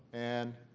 and